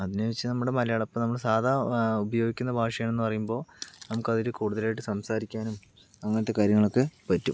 അതിന് വെച്ച് നമ്മുടെ മലയാളം ഇപ്പോൾ നമ്മള് സാധാ ഉപയോഗിക്കുന്ന ഭാഷയാണെന്ന് പറയുമ്പോൾ നമുക്കതിൽ കൂടുതലായിട്ട് സംസാരിക്കാനും അങ്ങനത്തെ കാര്യങ്ങളൊക്കെ പറ്റും